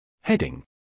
Heading